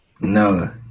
No